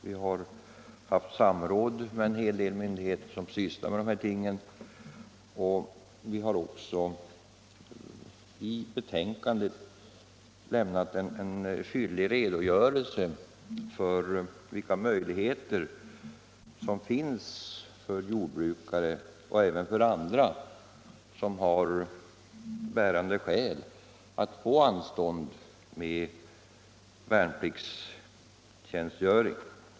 Vi har haft samråd med ett stort antal myndigheter som sysslar med dessa ting och vi har i betänkandet lämnat en fyllig redogörelse för de möjligheter som jordbrukare och även andra med bärande skäl har att få anstånd med värnpliktstjänstgöring.